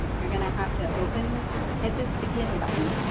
you're going to have to open this, hit this begin button